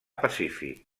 pacífic